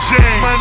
James